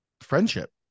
friendship